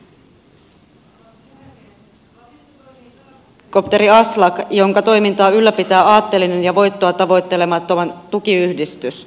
lapissa toimii pelastushelikopteri aslak jonka toimintaa ylläpitää aatteellinen ja voittoa tavoittelematon tukiyhdistys